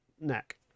neck